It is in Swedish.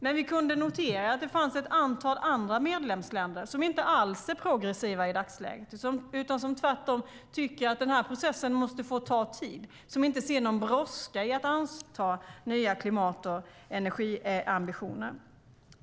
Men vi kunde notera att det fanns ett antal andra medlemsländer som i dagsläget inte alls är progressiva utan tvärtom tycker att processen måste få ta tid. De anser inte att det är någon brådska med att ha nya klimat och energiambitioner.